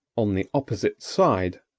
on the opposite side,